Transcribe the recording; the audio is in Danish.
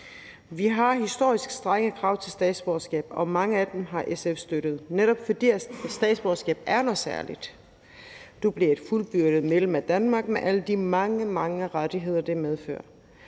Vi har historisk strenge krav til at få statsborgerskab, og mange af dem har SF støttet, netop fordi statsborgerskab er noget særligt. Du bliver et fuldgyldigt medlem af Danmark med alle de mange, mange rettigheder, det medfører.